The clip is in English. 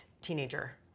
teenager